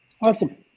Awesome